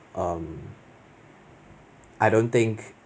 um I don't think